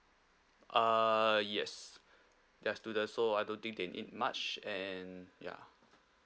uh yes they're student so I don't think they need much and ya